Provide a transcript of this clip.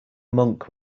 monk